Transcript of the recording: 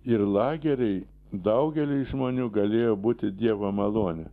ir lageriai daugeliui žmonių galėjo būti dievo malonė